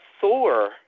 Thor